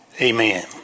Amen